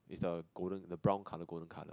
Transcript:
it's the golden the brown colour golden colour